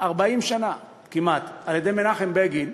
40 שנה כמעט על-ידי מנחם בגין,